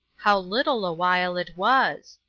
how little a while it was!